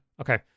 Okay